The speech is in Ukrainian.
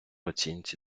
оцінці